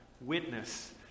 witness